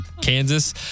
Kansas